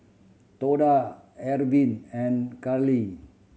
Tonda Arvin and Garlee